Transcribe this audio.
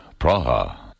Praha